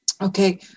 Okay